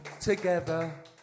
together